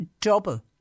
double